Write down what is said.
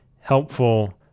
helpful